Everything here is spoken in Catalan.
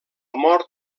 mort